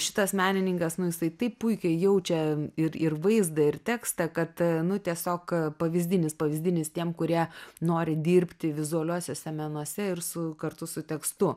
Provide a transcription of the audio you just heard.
šitas menininkas nu jisai taip puikiai jaučia ir ir vaizdą ir tekstą kad nu tiesiog pavyzdinis pavyzdinis tiem kurie nori dirbti vizualiuosiuose menuose ir su kartu su tekstu